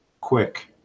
quick